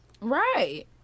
Right